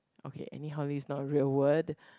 okay anyhowly is not a real word